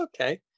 okay